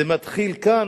זה מתחיל כאן,